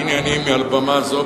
והנה אני מעל במה זו,